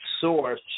source